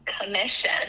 Commission